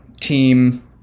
team